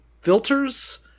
filters